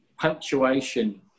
punctuation